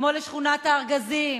כמו לשכונת הארגזים,